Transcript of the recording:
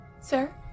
sir